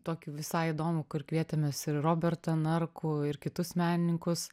tokį visai įdomu kur kvietėmės ir robertą narkų ir kitus menininkus